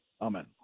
Amen